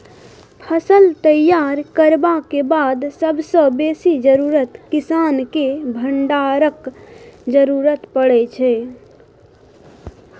फसल तैयार करबाक बाद सबसँ बेसी जरुरत किसानकेँ भंडारणक जरुरत परै छै